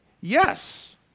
Yes